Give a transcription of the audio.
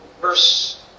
verse